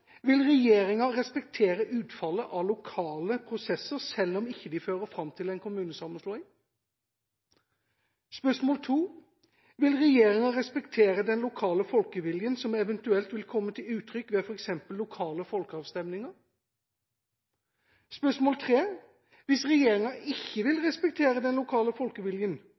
Vil regjeringa respektere utfallet av lokale prosesser, selv om de ikke fører fram til en kommunesammenslåing? Vil regjeringa respektere den lokale folkeviljen som eventuelt vil komme til uttrykk ved f.eks. lokale folkeavstemninger? Hvis regjeringa ikke vil respektere den lokale folkeviljen,